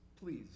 please